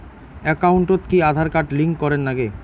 একাউন্টত কি Aadhaar card link করের নাগে?